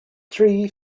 three